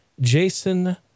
Jason